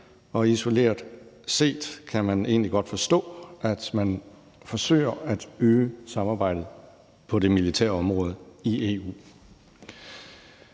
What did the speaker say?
og isoleret set kan man egentlig godt forstå, at man forsøger at øge samarbejdet på det militære område i EU.